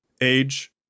Age